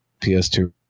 PS2